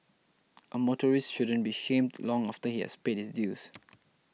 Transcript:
a motorist shouldn't be shamed long after he has paid his dues